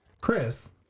Chris